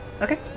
okay